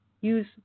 Use